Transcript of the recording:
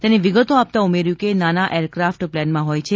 તેની વિગતો આપતા ઉમેર્યું કે નાના એરકાર્ફટ પ્લેનમાં હોય છે